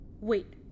Wait